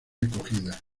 acogida